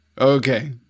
Okay